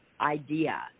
idea